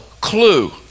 clue